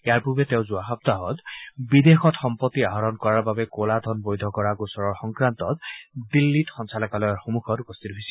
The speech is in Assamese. ইয়াৰ পূৰ্বে তেওঁ যোৱা সপ্তাহত বিদেশত সম্পত্তি আহৰণ কৰাৰ বাবে কলা ধন বৈধ কৰা গোচৰৰ সংক্ৰান্তত দিল্লীত সঞ্চালকালয়ৰ সন্মুখত উপস্থিত হৈছিল